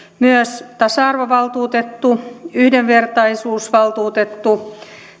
myös tasa arvovaltuutettu yhdenvertaisuusvaltuutettu